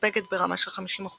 נספגת ברמה של 50%